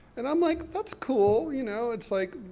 and i'm like, that's cool, you know. it's like,